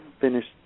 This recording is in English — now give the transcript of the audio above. finished